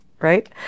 right